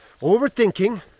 Overthinking